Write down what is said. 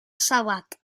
salad